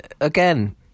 again